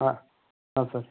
ಹಾಂ ಹಾಂ ಸರ್